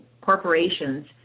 corporations